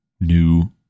new